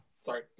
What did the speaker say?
sorry